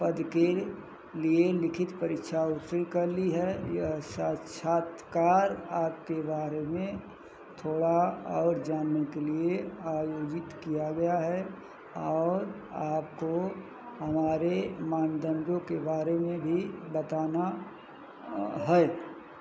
पद के लिये लिखित परीक्षा उत्तीर्ण कर ली है यह साक्षात्कार आपके बारे में थोड़ा और जानने के लिए आयोजित किया गया है और आपको हमारे मानदंडों के बारे में भी बताना है